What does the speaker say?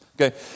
Okay